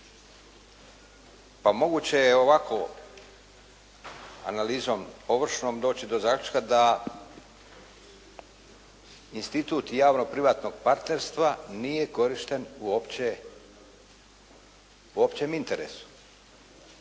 Pa moguće je ovako analizom površnom doći do zaključka da institut javno-privatnog partnerstva nije korišten u općem interesu,